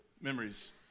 memories